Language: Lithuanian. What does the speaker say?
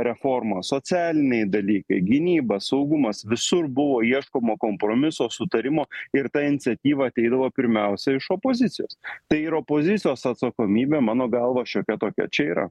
reforma socialiniai dalykai gynyba saugumas visur buvo ieškoma kompromiso sutarimo ir ta iniciatyva ateidavo pirmiausia iš opozicijos tai ir opozicijos atsakomybė mano galva šiokia tokia čia yra